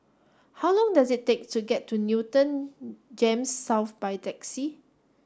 how long does it take to get to Newton GEMS South by taxi